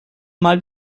mal